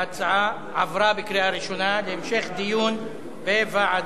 ההצעה עברה בקריאה ראשונה ותעבור להמשך דיון לוועדת